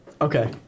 Okay